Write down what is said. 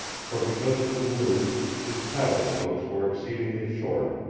for because of the gloom his paddle-strokes were exceedingly short,